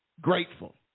Grateful